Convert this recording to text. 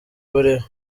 buriho